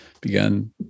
began